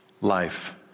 life